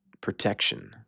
protection